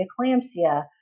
preeclampsia